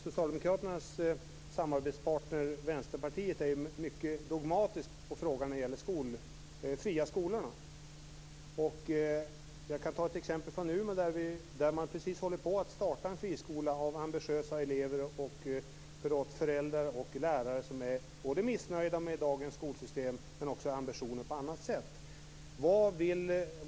Socialdemokraternas samarbetspartner Vänsterpartiet är mycket dogmatiskt när det gäller de fria skolorna. Jag kan ta ett exempel från Umeå. Där håller ambitiösa elever, föräldrar och lärare precis på att starta en friskola. De är missnöjda med dagens skolsystem, men de har också ambitioner på annat sätt.